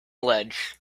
ledge